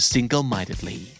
Single-Mindedly